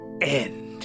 end